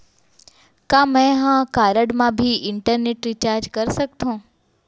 का मैं ह कारड मा भी इंटरनेट रिचार्ज कर सकथो